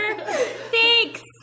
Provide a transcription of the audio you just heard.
Thanks